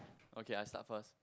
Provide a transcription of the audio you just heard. okay I start first